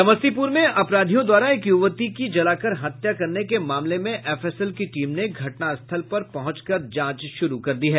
समस्तीपूर में अपराधियों द्वारा एक युवती की जलाकर हत्या करने के मामले में एफएसएल की टीम ने घटनास्थल पर पहुंच कर जांच शुरू कर दी है